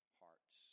hearts